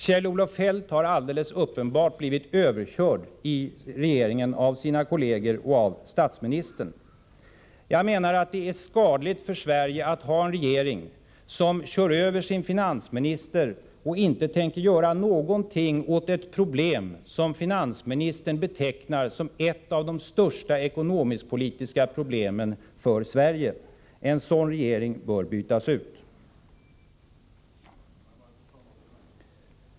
Kjell-Olof Feldt har alldeles uppenbart blivit överkörd av sina kolleger i regeringen och av statsministern. Jag anser att det är skadligt för Sverige att ha en regering som kör över sin finansminister och som inte tänker göra någonting åt ett problem som finansministern betecknar som ett av de största ekonomisk-politiska problemen för Sverige. En sådan regering bör bytas ut.